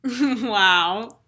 Wow